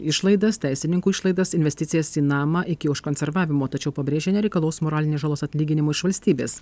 išlaidas teisininkų išlaidas investicijas į namą iki užkonservavimo tačiau pabrėžė nereikalaus moralinės žalos atlyginimo iš valstybės